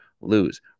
lose